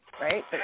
right